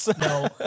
No